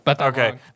Okay